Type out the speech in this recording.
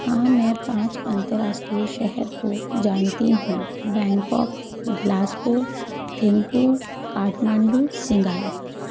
हाँ मैं पाँच अंतरराष्ट्रीय शहर को जानती हूँ बैंकॉक ग्लासगो थिम्पू काठमांडू